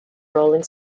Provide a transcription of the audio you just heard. rolling